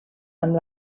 amb